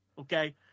okay